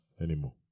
anymore